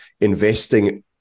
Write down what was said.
investing